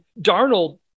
Darnold